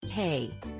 Hey